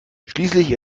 schließlich